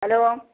hello